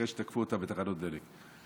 אחרי שתקפו אותם בתחנות דלק.